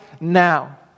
now